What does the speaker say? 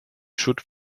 shoot